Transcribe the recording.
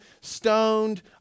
stoned